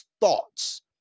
thoughts